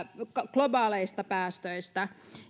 globaaleista päästöistä